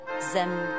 zem